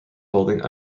holding